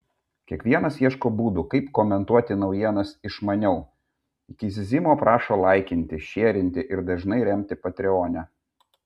kiekvienas ieško būdų kaip komentuoti naujienas išmaniau iki zyzimo prašo laikinti šierinti ir dažnai remti patreone